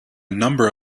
number